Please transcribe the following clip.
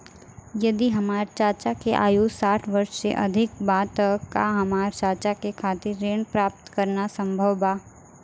यदि हमार चाचा के आयु साठ वर्ष से अधिक बा त का हमार चाचा के खातिर ऋण प्राप्त करना संभव बा?